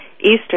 Eastern